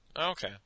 Okay